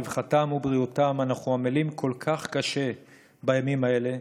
רווחתם ובריאותם אנחנו עמלים קשה כל כך בימים אלה,